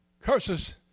Curses